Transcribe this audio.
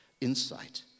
insight